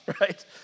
right